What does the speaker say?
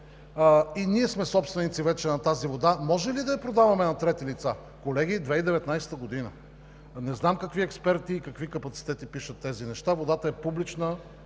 ние сме собственици на тази вода, може ли да я продаваме на трети лица? Колеги, 2019 г. е. Не знам какви експерти и какви капацитети пишат тези неща?! Водата е публична